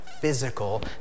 physical